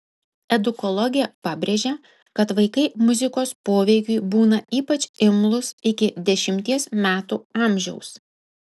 edukologė pabrėžia kad vaikai muzikos poveikiui būna ypač imlūs iki dešimties metų amžiaus